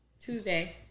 Tuesday